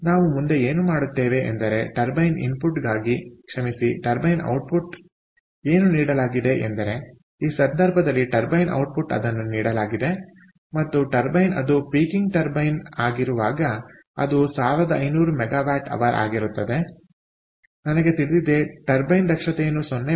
ಆದ್ದರಿಂದ ನಾವು ಮುಂದೆ ಏನು ಮಾಡುತ್ತೇವೆ ಎಂದರೆ ಟರ್ಬೈನ್ ಇನ್ಪುಟ್ಗಾಗಿ ಕ್ಷಮಿಸಿ ಟರ್ಬೈನ್ ಔಟ್ಪುಟ್ಗೆ ಏನು ನೀಡಲಾಗಿದೆ ಎಂದರೆ ಈ ಸಂದರ್ಭದಲ್ಲಿ ಟರ್ಬೈನ್ ಔಟ್ಪುಟ್ ಅದನ್ನು ನೀಡಲಾಗಿದೆ ಮತ್ತು ಟರ್ಬೈನ್ ಅದು ಪೀಕಿಂಗ್ ಟರ್ಬೈನ್ ಆಗಿರುವಾಗ ಅದು 1500 MWH ಆಗಿರುತ್ತದೆ ನನಗೆ ತಿಳಿದಿದೆ ಟರ್ಬೈನ್ ದಕ್ಷತೆಯನ್ನು 0